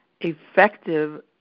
effective